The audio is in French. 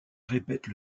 répètent